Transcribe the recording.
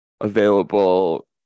available